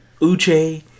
Uche